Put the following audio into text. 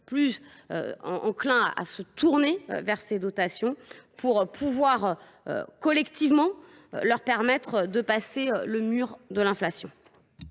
plus enclines à se tourner vers ces dotations, pour collectivement leur permettre de passer le mur de l’inflation.